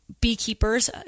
beekeepers